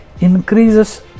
increases